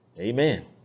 Amen